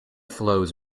flows